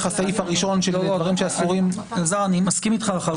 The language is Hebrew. הסעיף הראשון של דברים שאסורים -- אני מסכים איתך לחלוטין.